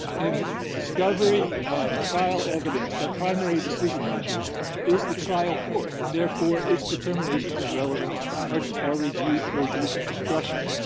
in discovery and trial evidence, that primary decision maker is the trial court, and therefore, its determinations of relevance are are reviewed for abuse of discretion.